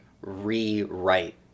rewrite